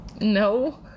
No